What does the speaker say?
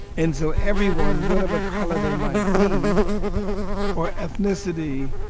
and so everyone, whatever color they might be or ethnicity,